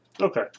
okay